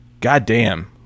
goddamn